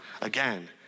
again